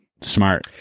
smart